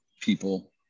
people